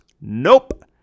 Nope